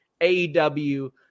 AEW